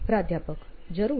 પ્રાધ્યાપક જરૂર